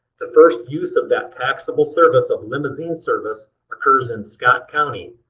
the first use of that taxable service of limousine service occurs in scott county.